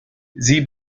sie